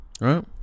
Right